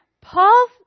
Paul